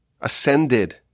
ascended